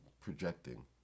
projecting